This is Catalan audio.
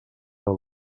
del